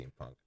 steampunk